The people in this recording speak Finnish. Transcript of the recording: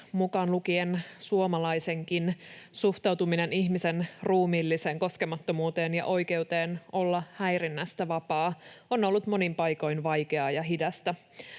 mukaan lukien suomalaisenkin, suhtautuminen ihmisen ruumiilliseen koskemattomuuteen ja oikeuteen olla häirinnästä vapaa on ollut monin paikoin vaikeaa ja hidasta.